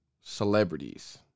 celebrities